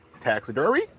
Taxidermy